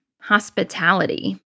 hospitality